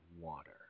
water